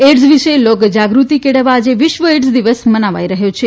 AIDS વિશે લોક જાગૃતિ કેળવવા આજે વિશ્વ એઇડ્ઝ દિવસ મનાવાઈ રહ્યો છે